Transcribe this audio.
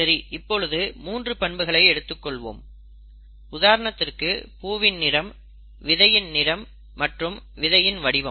சரி இப்பொழுது மூன்று பண்புகளை எடுத்துக் கொள்வோம் உதாரணத்திற்கு பூவின் நிறம் விதையின் நிறம் மற்றும் விதையின் வடிவம்